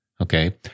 Okay